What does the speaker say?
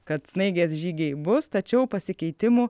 kad snaigės žygiai bus tačiau pasikeitimų